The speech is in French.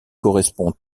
correspond